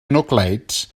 nucleics